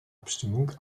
abstimmung